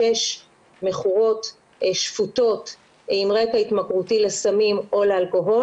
מכורות שפוטות עם רקע התמכרותי לסמים או לאלכוהול,